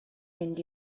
mynd